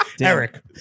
Eric